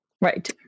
Right